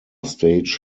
stage